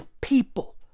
people